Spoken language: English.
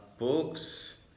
books